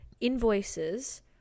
invoices